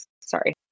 Sorry